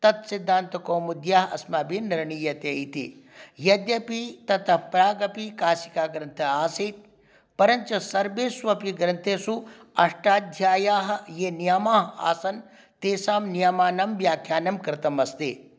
तत् सिद्धान्तकौमुद्या अस्माभिः निर्णीयते इति यद्यपि ततः प्रागपि कासिकाग्रन्थः आसीत् परञ्च सर्वेष्वपि ग्रन्थेषु अष्टाध्याय्याः ये नियमाः आसन् तेषां नियमानां व्याख्यानं कृतमस्ति